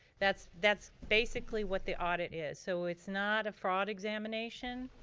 that's that's basically what the audit is. so it's not a fraud examination,